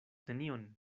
nenion